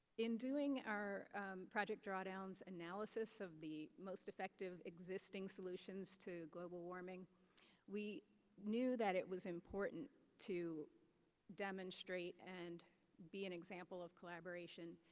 in doing our project drawdown's analysis of the most effective existing solutions to global warming we knew that it was important to demonstrate and be an example of collaboration.